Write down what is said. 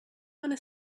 want